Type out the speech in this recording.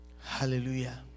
Hallelujah